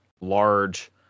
large